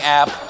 app